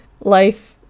life